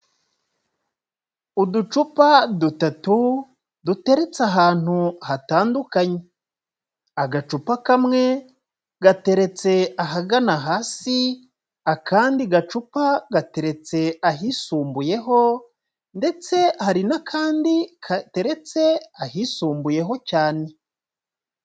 Uducupa dutatu, duteretse ahantu hatandukanye, agacupa kamwe gateretse ahagana hasi, akandi gacupa gateretse ahisumbuyeho, ndetse hari n'akandi gateretse ahisumbuyeho cyane.